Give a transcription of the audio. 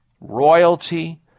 royalty